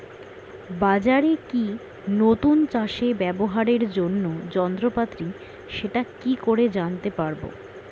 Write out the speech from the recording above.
বাজারে কি নতুন চাষে ব্যবহারের জন্য যন্ত্রপাতি সেটা কি করে জানতে পারব?